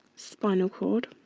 spinal cord,